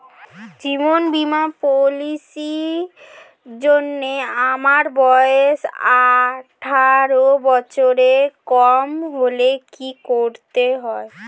জীবন বীমা পলিসি র জন্যে আমার বয়স আঠারো বছরের কম হলে কি করতে হয়?